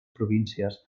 províncies